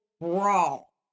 brawl